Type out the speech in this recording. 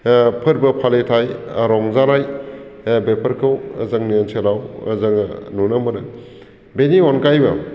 फोरबो फालिथाय रंजानाय बेफोरखौ जोंनि ओनसोलाव जोङो नुनो मोनो बेनि अनगायैबो